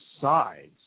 sides